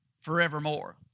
forevermore